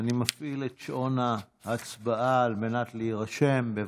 אני מפעיל את שעון ההצבעה על מנת להירשם, בבקשה.